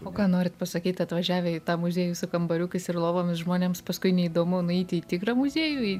o ką norit pasakyt atvažiavę į tą muziejų su kambariukais ir lovomis žmonėms paskui neįdomu nueiti į tikrą muziejų į